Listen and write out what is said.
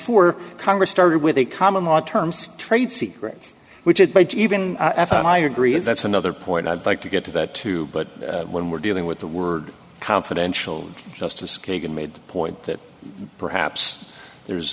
for congress started with a common law terms of trade secrets which is by even higher degrees that's another point i'd like to get to that too but when we're dealing with the word confidential justice kagan made the point that perhaps there's